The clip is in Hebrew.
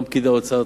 גם פקידי האוצר,